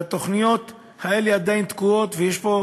התוכניות האלה עדיין תקועות, ויש פה